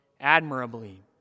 admirably